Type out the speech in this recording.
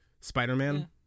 Spider-Man